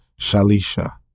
Shalisha